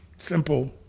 simple